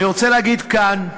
אני רוצה להגיד כאן: